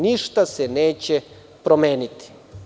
Ništa se neće promeniti.